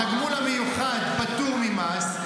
התגמול המיוחד פטור ממס,